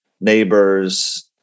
neighbors